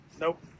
Nope